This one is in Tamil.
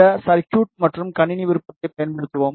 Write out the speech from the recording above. இந்த சர்குய்ட் மற்றும் கணினி விருப்பத்தைப் பயன்படுத்தவும்